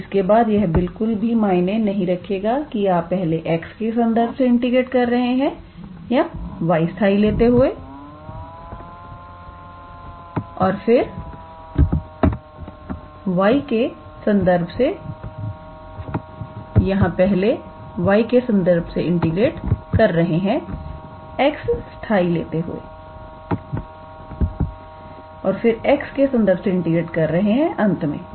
और इसके बाद यह बिल्कुल भी मायने नहीं रखेगा कि आप पहले x के संदर्भ से इंटीग्रेट कर रहे है y स्थाई लेते हुए और फिर y के संदर्भ से यहां पहले y के संदर्भ से इंटीग्रेट कर रहे हैं x स्थाई लेते हुए और फिर x के संदर्भ इंटीग्रेट कर रहे हैं अंत में